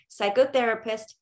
psychotherapist